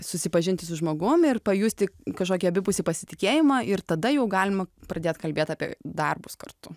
susipažinti su žmogum ir pajusti kažkokį abipusį pasitikėjimą ir tada jau galima pradėt kalbėt apie darbus kartu